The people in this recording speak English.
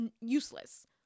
useless